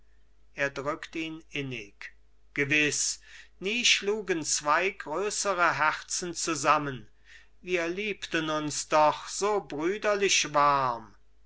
er drückt ihn innig gewiß nie schlugen zwei größere herzen zusammen wir liebten uns doch so brüderlich warm